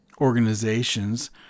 Organizations